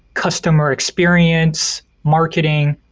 customer experience, marketing,